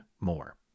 more